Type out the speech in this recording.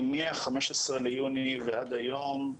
מה-15 ביוני ועד היום,